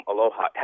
Aloha